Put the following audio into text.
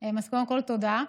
אז קודם כול תודה.